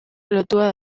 lotua